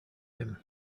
him